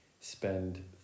spend